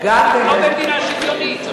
אנחנו לא במדינה שוויונית.